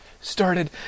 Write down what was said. started